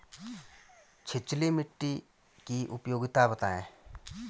छिछली मिट्टी की उपयोगिता बतायें?